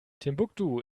timbuktu